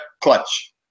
clutch